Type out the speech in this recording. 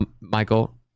michael